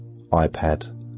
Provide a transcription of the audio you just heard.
iPad